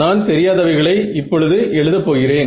நான் தெரியாதவைகளை இப்போது எழுதப் போகிறேன்